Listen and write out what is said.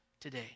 today